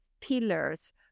pillars